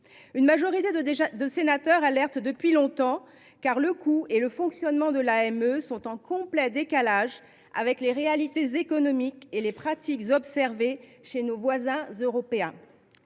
Une majorité de sénateurs soulignent depuis longtemps le coût et le fonctionnement de l’AME, qui sont en complet décalage avec les réalités économiques et les pratiques observées chez nos voisins européens.